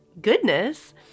goodness